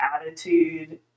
attitude